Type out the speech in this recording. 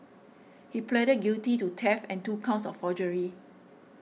he pleaded guilty to theft and two counts of forgery